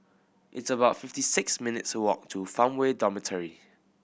it's about fifty six minutes' walk to Farmway Dormitory